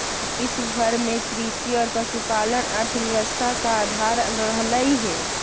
विश्व भर में कृषि और पशुपालन अर्थव्यवस्था का आधार रहलई हे